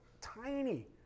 tiny